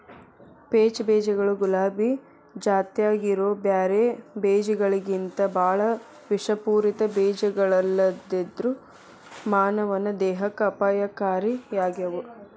peach ಬೇಜಗಳು ಗುಲಾಬಿ ಜಾತ್ಯಾಗಿರೋ ಬ್ಯಾರೆ ಬೇಜಗಳಿಗಿಂತಬಾಳ ವಿಷಪೂರಿತ ಬೇಜಗಳಲ್ಲದೆದ್ರು ಮಾನವನ ದೇಹಕ್ಕೆ ಅಪಾಯಕಾರಿಯಾಗ್ಯಾವ